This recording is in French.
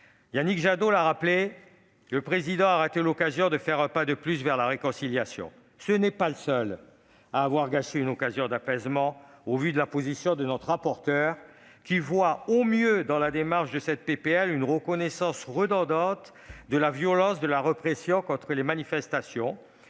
Yannick Jadot l'a rappelé :« Le Président a raté l'occasion de faire un pas de plus vers la réconciliation. » Et ce n'est pas le seul à avoir gâché une occasion d'apaisement. En témoigne la position de notre rapporteure, qui, dans cette proposition de loi, voit au mieux une reconnaissance redondante de la violence de la répression contre les manifestations